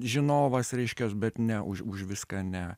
žinovas reiškias bet ne už už viską ne